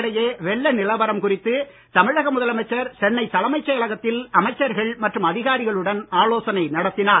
இதற்கிடையே வெள்ள நிலவரம் குறித்து தமிழக முதலமைச்சர் சென்னை தலைமைச் செயலகத்தில் அமைச்சர்கள் மற்றும் அதிகாரிகளுடன் ஆலோசனை நடத்தினார்